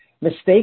mistakes